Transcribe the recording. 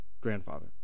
grandfather